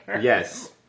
Yes